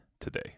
today